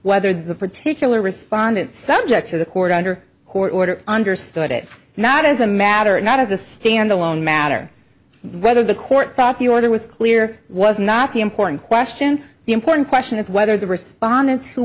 whether the particular respondent subject to the court under court order understood it not as a matter of not as a standalone matter whether the court thought the order was clear was not the important question the important question is whether the responde